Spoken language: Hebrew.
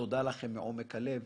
תודה לכם מעומק הלב.